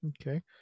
Okay